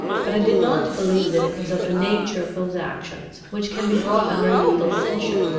but i did not believe that it was of the nature of those actions which can be brought under legal censure.